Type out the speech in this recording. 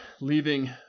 leaving